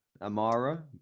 Amara